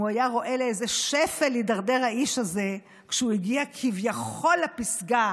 אם הוא היה רואה לאיזה שפל הידרדר האיש הזה כשהוא הגיע כביכול לפסגה,